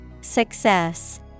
Success